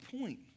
point